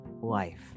life